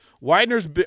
Widener's